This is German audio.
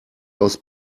aus